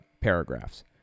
paragraphs